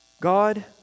God